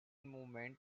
movement